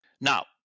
Now